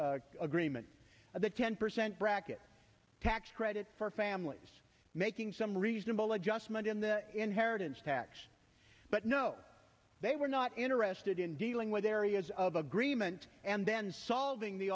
real agreement of the ten percent bracket tax credit for families making some reasonable adjustment in the inheritance tax but no they were not interested in dealing with areas of agreement and then solving the